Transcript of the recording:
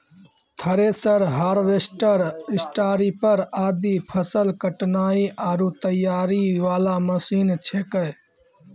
thresher, harvester, स्टारीपर आदि फसल कटाई आरो तैयारी वाला मशीन छेकै